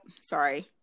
sorry